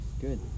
good